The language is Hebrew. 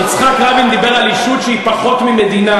יצחק רבין דיבר על ישות שהיא פחות ממדינה.